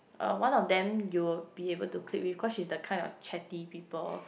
uh one of them you'll be able to click with cause she's the kind of chatty people